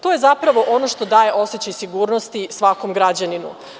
To je zapravo ono što daje osećaj sigurnosti svakom građaninu.